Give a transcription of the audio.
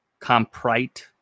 Comprite